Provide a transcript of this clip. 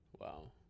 Wow